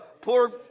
poor